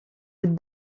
êtes